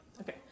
Okay